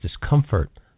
discomfort